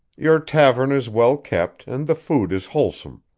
your tavern is well kept and the food is wholesome.